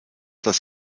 das